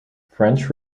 french